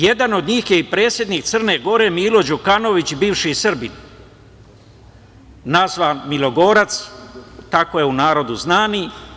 Jedan od njih je i predsednik Crne Gore, Milo Đukanović, bivši Srbin, nazvan milogorac, tako je u narodu znani.